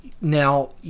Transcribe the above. now